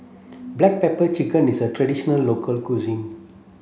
black pepper chicken is a traditional local cuisine